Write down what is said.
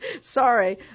Sorry